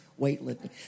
weightlifting